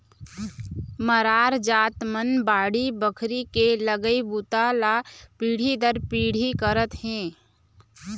मरार जात मन बाड़ी बखरी के लगई बूता ल पीढ़ी दर पीढ़ी करत हे